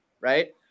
right